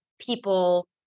people